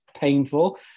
painful